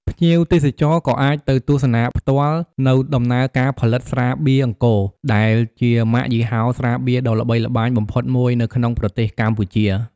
ភ្ញៀវទេសចរណ៍ក៏អាចទៅទស្សនាផ្ទាល់នូវដំណើរការផលិតស្រាបៀរអង្គរ ដែលជាម៉ាកយីហោស្រាបៀរដ៏ល្បីល្បាញបំផុតមួយនៅក្នុងប្រទេសកម្ពុជា។